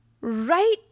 Right